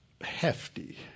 hefty